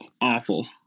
awful